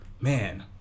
man